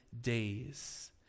days